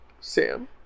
Sam